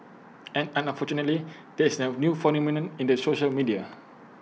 and unfortunately there is A new phenomenon in the social media